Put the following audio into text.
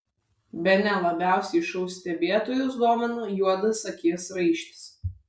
bene labiausiai šou stebėtojus domino juodas akies raištis